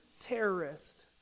terrorist